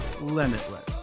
limitless